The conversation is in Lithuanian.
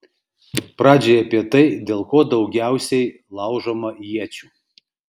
pradžiai apie tai dėl ko daugiausiai laužoma iečių